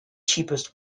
cheapest